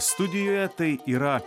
studijoje tai yra